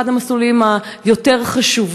אחד המסלולים היותר-חשובים.